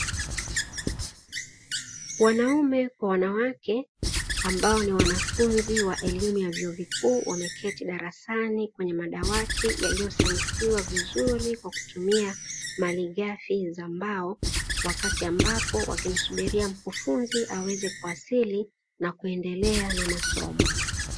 Wanaume kwa wanawake, ambao ni wanafunzi wa elimu ya vyuo vikuu wameketi darasani kwenye madawati yaliyosanifiwa vizuri kwa kutumia malighafi za mbao, wakati ambapo wakimsubiria mkufunzi aweze kuwasili na kuendelea na masomo.